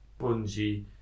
Bungie